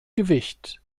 gewicht